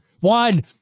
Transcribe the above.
One